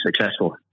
successful